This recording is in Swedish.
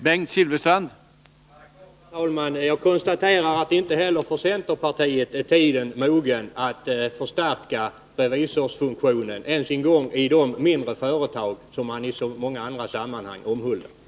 Herr talman! Jag konstaterar att inte heller centerpartiet anser att tiden är mogen att förstärka revisorsfunktionen, inte ens i de mindre företag som man i så många andra sammanhang säger sig omhulda.